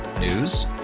News